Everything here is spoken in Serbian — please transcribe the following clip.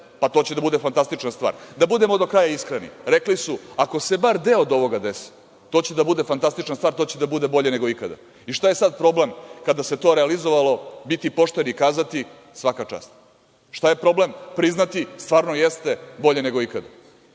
pa to će da bude fantastična stvar. Da budemo do kraja iskreni, rekli su – ako se bar deo od ovoga desi, to će da bude fantastična stvar, to će da bude bolje nego ikada. Šta je sada problem kada se to realizovalo, biti pošten i kazati – svaka čast. Šta je problem priznati - stvarno jeste bolje nego ikada. Znate